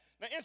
Now